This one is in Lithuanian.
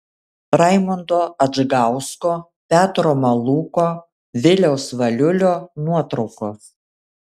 raimundo adžgausko petro malūko viliaus valiulio nuotraukos